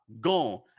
gone